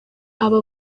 aba